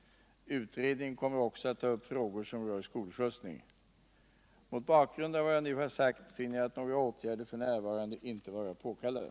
Utredningen kommer också att ta upp frågor som rör skolskjutsning. Mot bakgrund av vad jag nu har sagt finner jag några åtgärder f. n. inte vara påkallade.